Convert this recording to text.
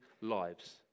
lives